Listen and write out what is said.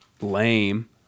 Lame